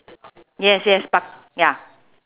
yes yes but ya